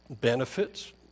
benefits